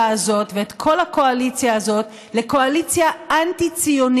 הזאת ואת כל הקואליציה הזו לקואליציה אנטי-ציונית,